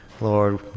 Lord